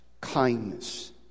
kindness